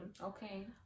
Okay